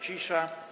Cisza.